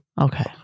Okay